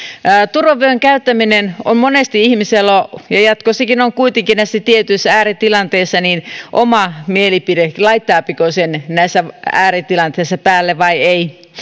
turvavyön käyttämisestä on monesti ihmisellä ja jatkossakin on kuitenkin näissä tietyissä ääritilanteissa oma mielipide laittaako sen näissä ääritilanteissa päälle vai ei